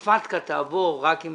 שה- FATKAתעבור רק אם